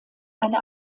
eine